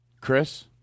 Chris